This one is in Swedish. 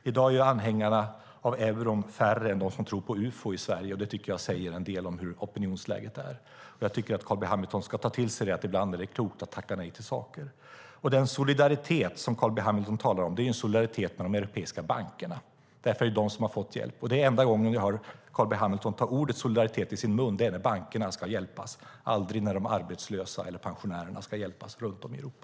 I dag är anhängarna av euron färre än de som tror på ufo i Sverige, och det tycker jag säger en del om hur opinionsläget är. Jag tycker att Carl B Hamilton ska ta till sig att det ibland är klokt att tacka nej till saker. Den solidaritet som Carl B Hamilton talar om är en solidaritet med de europeiska bankerna. Det är de som har fått hjälp. Enda gången vi hör Carl B Hamilton ta ordet solidaritet i sin mun är när bankerna ska hjälpas, aldrig när de arbetslösa eller pensionärerna ska hjälpas runt om i Europa.